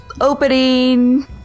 opening